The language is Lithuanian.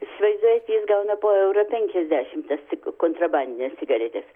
įsivaizduojat jis gauna po eurą penkiasdešim tas kontrabandines cigaretes